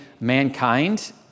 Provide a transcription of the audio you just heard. mankind